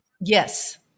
Yes